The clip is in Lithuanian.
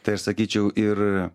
tai aš sakyčiau ir